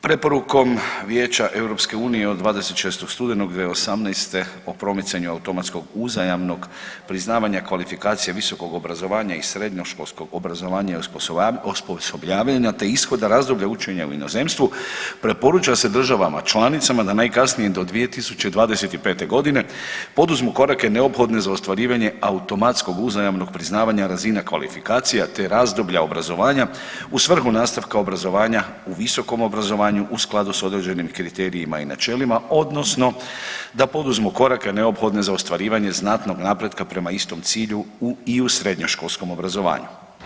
Preporukom Vijeća EU od 26. studenog 2018. o promicanju automatskog uzajamnog priznavanja kvalifikacija visokog obrazovanja i srednjoškolskog obrazovanja i osposobljavanja, te ishoda razdoblja učenja u inozemstvu preporuča se državama članicama da najkasnije do 2025.g. poduzmu korake neophodne za ostvarivanje automatskog uzajamnog priznavanja razine kvalifikacija, te razdoblja obrazovanja u svrhu nastavka obrazovanja u visokom obrazovanju u skladu s određenim kriterijima i načelima odnosno da poduzmu korake neophodne za ostvarivanje znatnog napretka prema istom cilju i u srednjoškolskom obrazovanju.